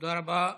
תודה רבה.